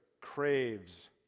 craves